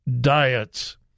diets